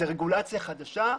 זה רגולציה חדשה.